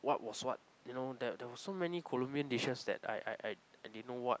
what was what you know that there was so many Columbian dishes that I I I I didn't know what